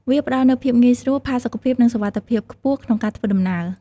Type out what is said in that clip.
វាផ្តល់នូវភាពងាយស្រួល ផាសុកភាព និងសុវត្ថិភាពខ្ពស់ក្នុងការធ្វើដំណើរ។